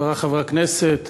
חברי חברי הכנסת,